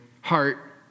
heart